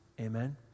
Amen